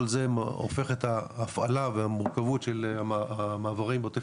כל זה הופך את ההפעלה והמורכבות של המעברים בעוטף